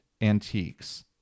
antiques